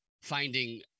finding